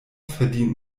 verdient